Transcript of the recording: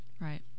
Right